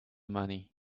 money